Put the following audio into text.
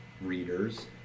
readers